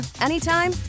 anytime